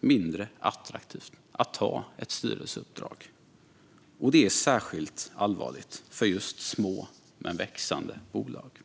mindre attraktivt att ta styrelseuppdrag. Det är särskilt allvarligt för just små men växande bolag.